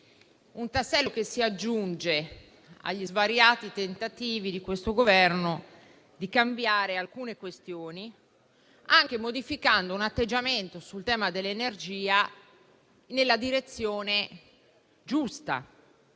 un tassello che si aggiunge agli svariati tentativi di questo Governo cambiare approccio su alcune questioni, anche modificando atteggiamento sul tema dell'energia nella direzione giusta,